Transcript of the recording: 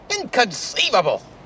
Inconceivable